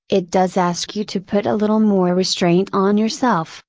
it does ask you to put a little more restraint on yourself,